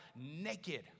naked